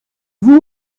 vous